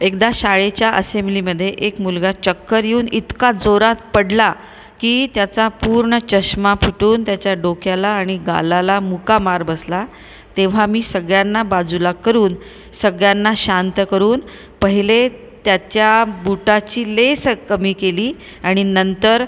एकदा शाळेच्या असेंब्लीमध्ये एक मुलगा चक्कर येऊन इतका जोरात पडला की त्याचा पूर्ण चष्मा फुटून त्याच्या डोक्याला आणि गालाला मुका मार बसला तेव्हा मी सगळ्यांना बाजूला करून सगळ्यांना शांत करून पहिले त्याच्या बुटाची लेस कमी केली आणि नंतर